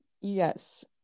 yes